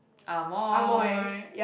Amoy